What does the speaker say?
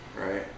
Right